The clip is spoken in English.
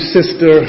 Sister